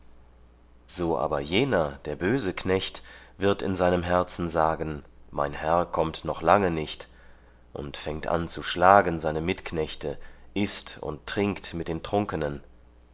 so aber jener der böse knecht wird in seinem herzen sagen mein herr kommt noch lange nicht und fängt an zu schlagen seine mitknechte ißt und trinkt mit den trunkenen